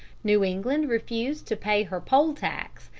new england refused to pay her poll-tax,